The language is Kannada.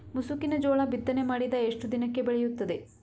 ಮುಸುಕಿನ ಜೋಳ ಬಿತ್ತನೆ ಮಾಡಿದ ಎಷ್ಟು ದಿನಕ್ಕೆ ಬೆಳೆಯುತ್ತದೆ?